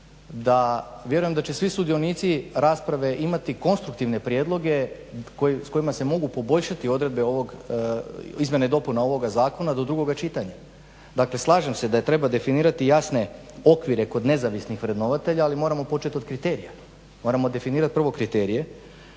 da vjerujem da će svi sudionici rasprave imati konstruktivne prijedloge s kojima se mogu poboljšati odredbe, izmjene i dopune ovoga zakona do drugoga čitanja. Dakle, slažem se da treba definirati jasne okvire kod nezavisnih vrednovatelja, ali moramo početi od kriterija. Moramo definirati prvo kriterije.